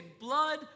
blood